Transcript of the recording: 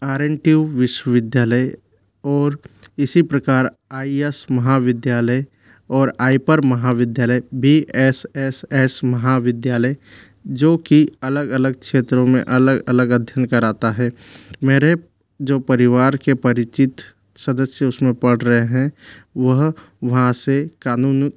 are N tube विश्वविद्यालय और इसी प्रकार आई एस महाविद्यालय और आइपर महाविद्यालय बी एस एस एस महाविद्यालय जोकि अलग अलग क्षेत्रों में अलग अलग अध्ययन कराता है मेरे जो परिवार के परिचित सदस्य उसमें पढ़ रहे हैं वह वहाँ से कानून